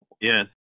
Yes